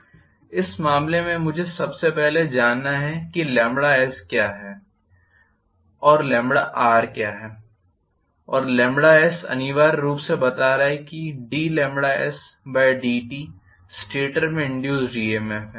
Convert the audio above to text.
इस मामले में मुझे सबसे पहले जानना है कि s क्या है और r क्या है और s अनिवार्य रूप से बता रहा है कि dsdt स्टेटर में इंड्यूस्ड ईएमएफ है